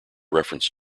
reference